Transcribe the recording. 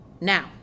Now